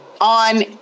on